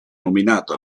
nominato